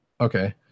okay